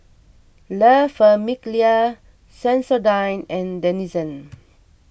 La Famiglia Sensodyne and Denizen